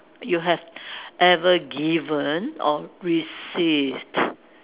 you have ever given or received